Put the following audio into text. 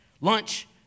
Lunch